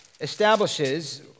establishes